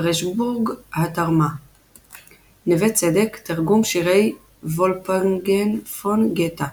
פרשבורג ה'תרמ"א נוה צדק – תרגום שירי וולפגנג פון גטה